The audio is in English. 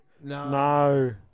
No